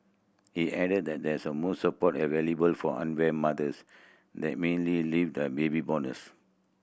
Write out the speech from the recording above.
he added that there is a most support available for unwed mothers than leave the baby bonuses